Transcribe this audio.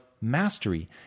mastery